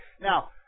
Now